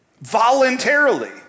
voluntarily